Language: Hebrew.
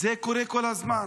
זה קורה כל הזמן.